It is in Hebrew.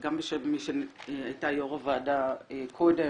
גם בשם מי שהייתה יו"ר הוועדה קודם,